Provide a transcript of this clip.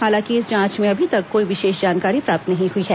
हालांकि इस जांच में अभी तक कोई विशेष जानकारी प्राप्त नहीं हई है